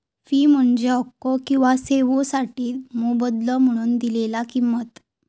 fee म्हणजे हक्को किंवा सेवोंसाठी मोबदलो म्हणून दिलेला किंमत